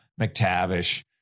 McTavish